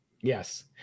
Yes